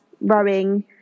rowing